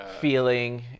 feeling